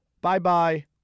Bye-bye